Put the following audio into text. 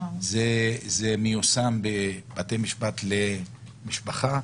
זה מיושם בבתי משפט למשפחה,